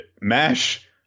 Mash